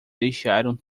deixaram